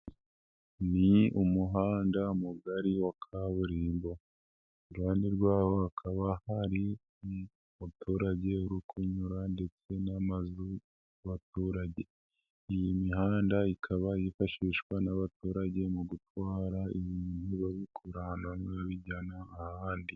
Ni umuhanda mugari wa kaburimbo iruhande rwaho hakaba hari umuturage u kunyura ndetse n'amazu y'abaturage. Iyi mihanda ikaba yifashishwa n'abaturage mu gutwara ibi bagurana n'ababijyana ahandi.